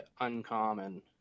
uncommon